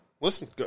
Listen